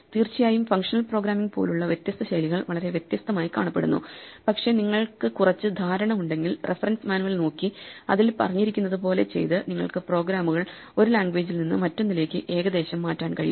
തീർച്ചയായും functional programming പോലുള്ള വ്യത്യസ്ത ശൈലികൾ വളരെ വ്യത്യസ്തമായി കാണപ്പെടുന്നു പക്ഷേ നിങ്ങൾക്ക് കുറച്ച് ധാരണ ഉണ്ടെങ്കിൽ റഫറൻസ് മാനുവൽ നോക്കി അതിൽ പറഞ്ഞിരിക്കുന്നത് പോലെ ചെയ്ത് നിങ്ങൾക്ക് പ്രോഗ്രാമുകൾ ഒരു ലാംഗ്വേജിൽ നിന്ന് മറ്റൊന്നിലേക്ക് ഏകദേശം മാറ്റാൻ കഴിയും